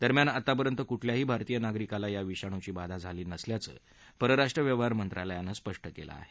दरम्यान आतापर्यंत क्ठल्याही भारतीय नागरिकाला या विषाणूची बाधा झाली नसल्याचं परराष्ट्र व्यवहार मंत्रालयानं स्पष्ट केलं आहे